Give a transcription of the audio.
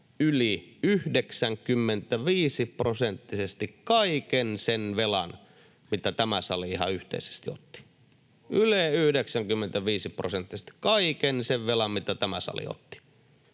yli 95-prosenttisesti kaiken sen velan, mitä tämä sali ihan yhteisesti otti — yli 95-prosenttisesti kaiken sen velan, mitä tämä sali otti